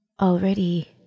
already